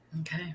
Okay